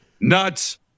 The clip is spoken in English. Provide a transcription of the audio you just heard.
nuts